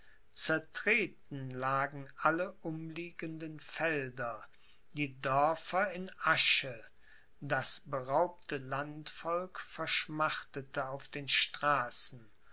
zertreten lagen alle umliegenden felder die dörfer in asche das beraubte landvolk verschmachtete auf den straßen